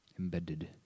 embedded